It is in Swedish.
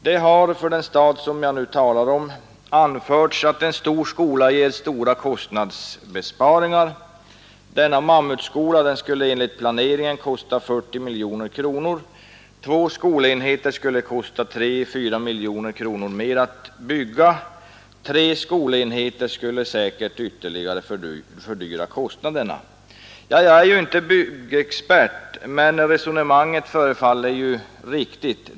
Det har, i den stad jag nu talar om, anförts att en stor skola ger betydande kostnadsbesparingar. Denna mammutskola skulle enligt planeringen kosta 40 miljoner kronor. Två skolenheter skulle kosta 3—4 miljoner mer att bygga. Tre skolenheter skulle säkert ytterligare öka kostnaderna. Jag är inte byggexpert, men resonemanget förefaller ju riktigt.